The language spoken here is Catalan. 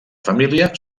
família